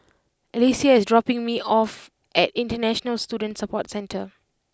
Alesia is dropping me off at International Student Support Centre